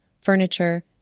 furniture